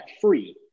free